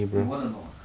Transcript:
you want or not